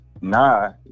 nah